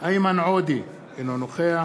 איימן עודה, אינו נוכח